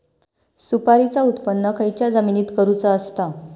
सुपारीचा उत्त्पन खयच्या जमिनीत करूचा असता?